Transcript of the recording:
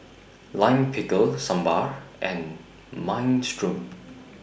Lime Pickle Sambar and Minestrone